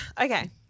okay